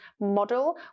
model